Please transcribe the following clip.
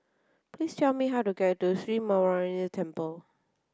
please tell me how to get to Sri Muneeswaran Temple